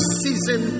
season